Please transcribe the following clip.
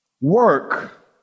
work